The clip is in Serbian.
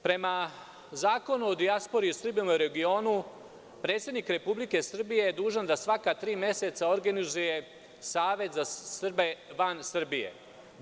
Prema Zakonu o dijaspori i Srbima u regionu, predsednik Republike Srbije je dužan da svaka tri meseca organizuje Savet za Srbe van Srbije.